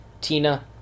Tina